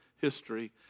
history